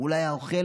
הוא לא היה אוכל,